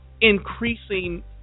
increasing